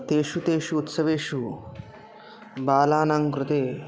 तेषु तेषु उत्सवेषु बालानां कृते